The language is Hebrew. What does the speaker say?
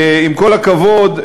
ועם כל הכבוד,